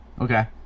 Okay